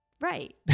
right